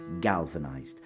galvanized